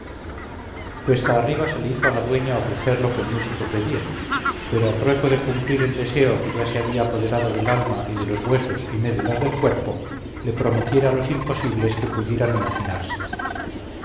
cuesta arriba se le hizo a la dueña ofrecer lo que el músico pedía pero a trueco de cumplir el deseo que ya se le había apoderado del alma y de los huesos y médulas del cuerpo le prometiera los imposibles que pudieran imaginarse